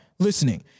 listening